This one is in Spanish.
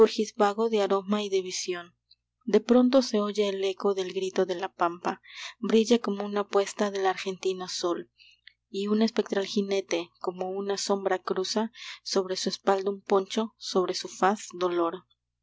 vago de aroma y de visión de pronto se oye el eco del grito de la pampa brilla como una puesta del argentino sol y un espectral jinete como una sombra cruza sobre su espalda un poncho sobre su faz dolor